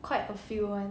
quite a few [one]